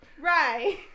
Right